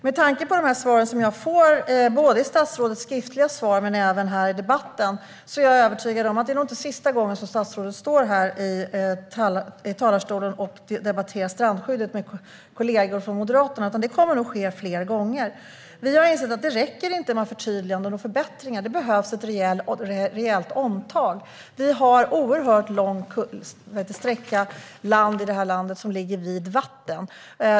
Med tanke på de svar jag får både i statsrådets skriftliga svar och här i debatten är jag övertygad om att det nog inte är sista gången som statsrådet står här i talarstolen och debatterar strandskyddet med kollegor från Moderaterna, utan det kommer nog att ske fler gånger. Vi har insett att det inte räcker med förtydliganden och förbättringar utan det behövs ett rejält omtag. Sverige har oerhört långa sträckor av land som ligger vid vatten.